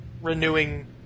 renewing